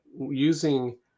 using